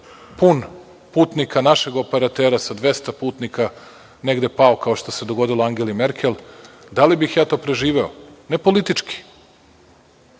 pun putnika, našeg operatera sa 200 putnika, negde pao kao što se dogodilo Angeli Merkel. Da li bih ja to preživeo? Ne politički.